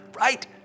right